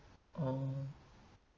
oh